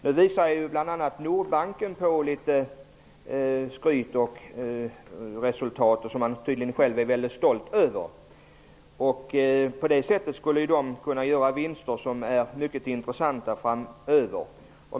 Det visar sig nu att t.ex. Nordbanken gör ett bra resultat, som man tydligen är stolt över. Banken kan göra vinster som är mycket intressanta framöver.